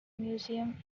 museum